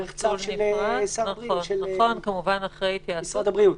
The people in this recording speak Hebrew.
דרך צו של משרד הבריאות.